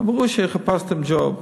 אמרו שחיפשתם ג'וב.